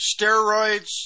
steroids